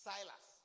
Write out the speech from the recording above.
Silas